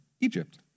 Egypt